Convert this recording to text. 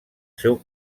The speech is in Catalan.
seu